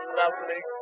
lovely